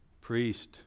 priest